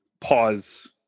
pause